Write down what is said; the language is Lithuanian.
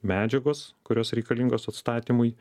medžiagos kurios reikalingos atstatymui